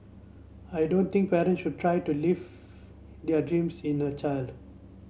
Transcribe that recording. I don't think parents should try to live their dreams in a child